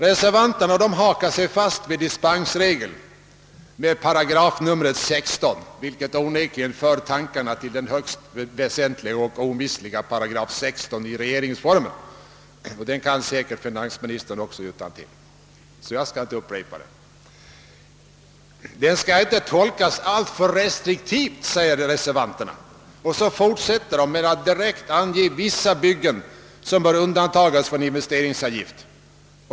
Reservanterna hakar sig fast vid dispensregeln med paragrafnumret 16, vilket onekligen för tankarna till den omistliga § 16 i regeringsformen — den kan säkerligen finansministern också. »Dispensregeln skall inte tolkas alltför restriktivt», säger reservanterna och fortsätter med att direkt ange vissa byggen som bör undantagas från investeringsavgift.